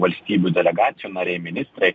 valstybių delegacijų nariai ministrai